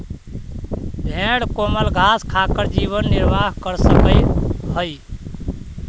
भेंड कोमल घास खाकर जीवन निर्वाह कर सकअ हई